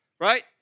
right